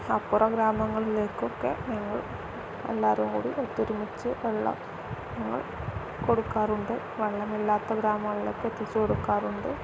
അപ്പുറം ഗ്രാമങ്ങളിലേക്കൊക്കെ ഞങ്ങൾ എല്ലാവരും കൂടി ഒത്തൊരുമിച്ചു വെള്ളം ഞങ്ങൾ കൊടുക്കാറുണ്ട് വെള്ളമില്ലാത്ത ഗ്രാമങ്ങളിലൊക്കെ എത്തിച്ചു കൊടുക്കാറുണ്ട്